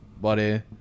buddy